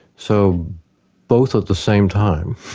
so both at the same time.